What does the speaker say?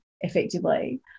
effectively